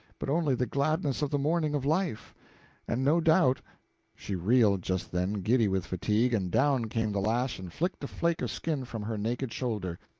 but only the gladness of the morning of life and no doubt she reeled just then, giddy with fatigue, and down came the lash and flicked a flake of skin from her naked shoulder.